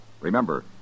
Remember